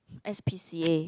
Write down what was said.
S_p_c_A